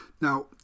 now